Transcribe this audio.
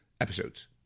episodes